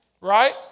right